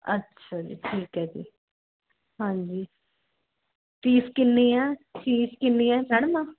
ਅੱਛਾ ਜੀ ਠੀਕ ਹੈ ਜੀ ਹਾਂਜੀ ਫੀਸ ਕਿੰਨੀ ਹੈ ਫੀਸ ਕਿੰਨੀ ਹੈ ਮੈਡਮ ਆ